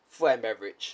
food and beverage okay